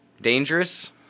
Dangerous